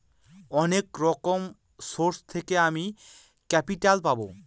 অনেক রকম সোর্স থেকে আমি ক্যাপিটাল পাবো